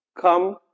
come